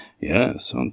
Yes